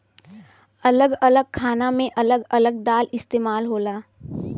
अलग अलग खाना मे अलग अलग दाल इस्तेमाल होला